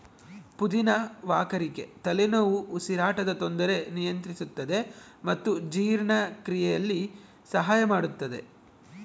ಪುದಿನ ವಾಕರಿಕೆ ತಲೆನೋವು ಉಸಿರಾಟದ ತೊಂದರೆ ನಿಯಂತ್ರಿಸುತ್ತದೆ ಮತ್ತು ಜೀರ್ಣಕ್ರಿಯೆಯಲ್ಲಿ ಸಹಾಯ ಮಾಡುತ್ತದೆ